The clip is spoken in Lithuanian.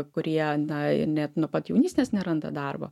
kurie na ir net nuo pat jaunystės neranda darbo